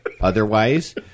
Otherwise